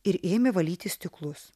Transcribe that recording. ir ėmė valyti stiklus